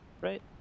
right